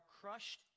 crushed